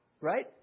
right